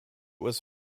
was